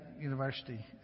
University